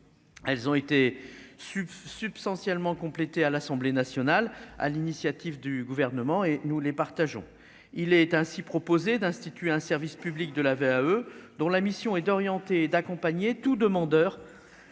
elles ont été substantiellement complété à l'Assemblée nationale à l'initiative du gouvernement et nous les partageons il est ainsi proposé d'instituer un service public de la VAE dont la mission est d'orienter et d'accompagner tout demandeur